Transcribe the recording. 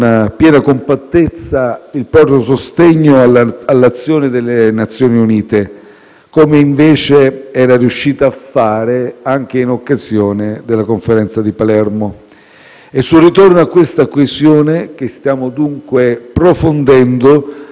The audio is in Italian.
Come ricordato dallo stesso Guterres nel suo intervento al Consiglio di sicurezza delle Nazioni Unite dell'8 aprile, l'involuzione in atto non ci deve infatti far deflettere dalla ricerca di una soluzione politica, che è l'unica davvero sostenibile.